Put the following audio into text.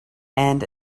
and